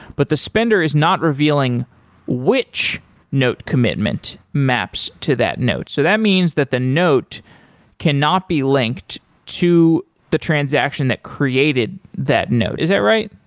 but the spender is not revealing which note commitment maps to that note. so that means that the note cannot be linked to the transaction that created that note, is that right?